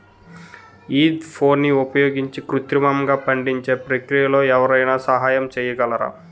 ఈథెఫోన్ని ఉపయోగించి కృత్రిమంగా పండించే ప్రక్రియలో ఎవరైనా సహాయం చేయగలరా?